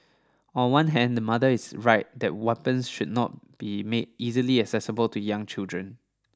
on one hand the mother is right that weapons should not be made easily accessible to young children